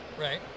Right